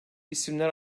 isimler